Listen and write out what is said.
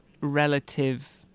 relative